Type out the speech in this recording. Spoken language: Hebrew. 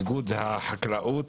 איגוד החקלאות,